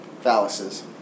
Fallacies